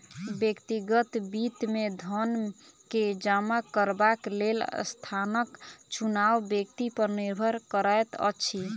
व्यक्तिगत वित्त मे धन के जमा करबाक लेल स्थानक चुनाव व्यक्ति पर निर्भर करैत अछि